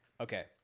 Okay